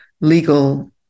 legal